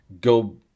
go